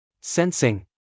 Sensing